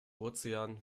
ozean